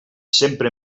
sempre